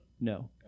no